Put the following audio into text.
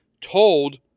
told